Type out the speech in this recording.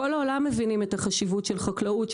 בכל העולם מבינים את החשיבות של חקלאות,